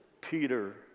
Peter